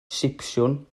sipsiwn